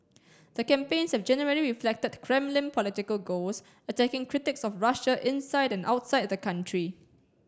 the campaigns have generally reflected Kremlin political goals attacking critics of Russia inside and outside the country